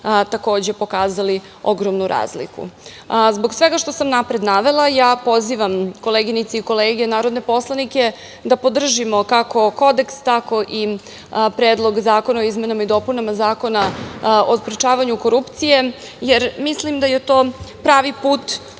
takođe pokazali ogromnu razliku. Zbog svega što sam napred navela pozivam koleginice i kolege narodne poslanike da podržimo, kako Kodeks, tako i Predlog zakona o dopunama Zakona o sprečavanju korupcije, jer mislim da je to pravi put